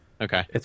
Okay